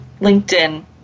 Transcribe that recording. LinkedIn